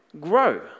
grow